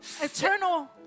eternal